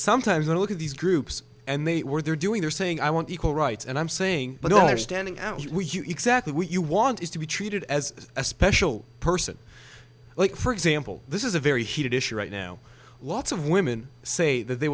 sometimes when i look at these groups and they were they're doing they're saying i want equal rights and i'm saying but there are standing out exactly what you want is to be treated as a special person like for example this is a very heated issue right now lots of women say that they